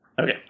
Okay